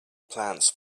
plans